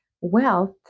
wealth